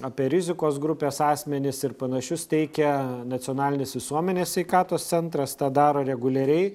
apie rizikos grupės asmenis ir panašius teikia nacionalinis visuomenės sveikatos centras tą daro reguliariai